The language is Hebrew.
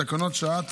בתקנות שעת